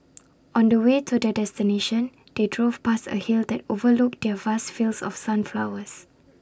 on the way to their destination they drove past A hill that overlooked their vast fields of sunflowers